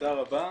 תודה רבה.